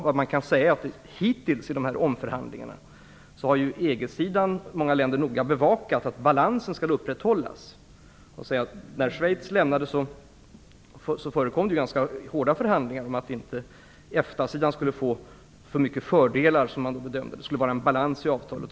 Vad man kan säga är att hittills i förhandlingarna har många länder på EG-sidan noga bevakat att balansen upprätthålles. När Schweiz lämnade samarbetet, fördes det ganska hårda förhandlingar om att EFTA-sidan inte skulle få för mycket fördelar, som man bedömde det. Det skulle vara balans i avtalet.